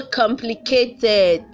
complicated